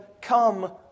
come